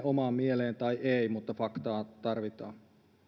omaan mieleen tai ei niin faktaa tarvitaan